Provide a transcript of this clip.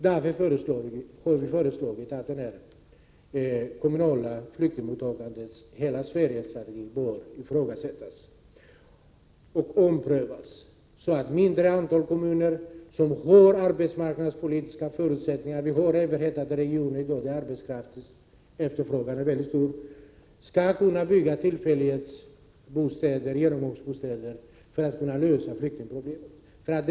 Därför anser vi att det kommunala flyktingmottagandet i hela Sverige bör ifrågasättas och omprövas så att ett mindre antal kommuner, som har arbetsmarknadspolitiska förutsättningar — vi har i dag överhettade regioner där arbetskraftsefterfrågan är mycket stor — skall kunna bygga tillfälliga bostäder och genomgångsbostäder och på det sättet lösa flyktingproblemet.